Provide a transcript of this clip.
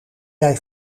jij